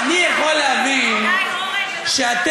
אני יכול להבין שאתם,